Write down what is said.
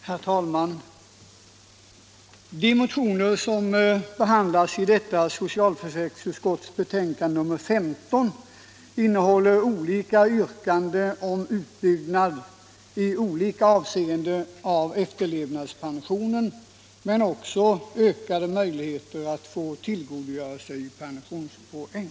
Herr talman! De motioner som behandlas i socialförsäkringsutskottets betänkande nr 15 innehåller yrkanden om utbyggnad i olika avseenden av efterlevandepensionen men också om ökade möjligheter att tillgo doräkna sig pensionspoäng.